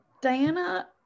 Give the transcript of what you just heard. Diana